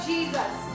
Jesus